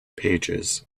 pages